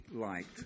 liked